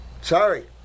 Sorry